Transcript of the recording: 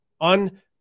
on